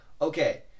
okay